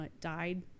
died